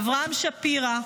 אברהם שפירא,